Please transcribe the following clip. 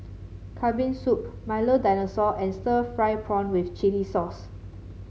Kambing Soup Milo Dinosaur and Stir Fried Prawn with Chili Sauce